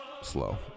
slow